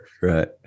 right